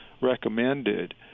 recommended